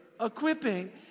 Equipping